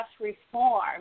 reform